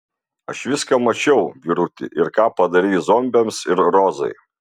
aš viską mačiau vyruti ir ką padarei zombiams ir rozai